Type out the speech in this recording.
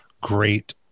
great